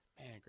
Man